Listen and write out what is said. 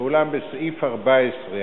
ואולם בסעיף 14,